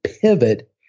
pivot